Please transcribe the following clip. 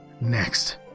Next